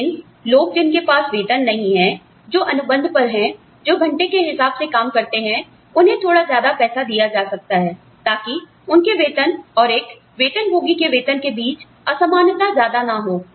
लेकिन लोग जिनके पास वेतन नहीं है जो अनुबंध पर हैं जो घंटे के हिसाब से काम करते हैं उन्हें थोड़ा ज्यादा पैसा दिया जा सकता है ताकि उनके वेतन और एक वेतनभोगी के वेतन के बीच असमानता ज्यादा ना हो